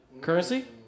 Currency